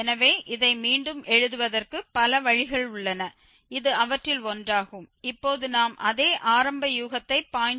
எனவே இதை மீண்டும் எழுதுவதற்கு பல வழிகள் உள்ளன இது அவற்றில் ஒன்றாகும் இப்போது நாம் அதே ஆரம்ப யூகத்தை 0